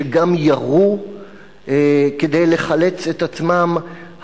וגם ירו כדי לחלץ את עצמם.